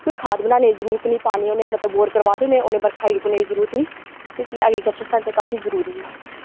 कोई खाद बनाने दी जरूरत निं पानी उने मतलव बोर करवा दे होने उने बरखा दे रुकने दी जरूरत निं ते इसलेई एग्रीकल्चर साढ़े ताईं काफी जरुरी ऐ